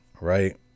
right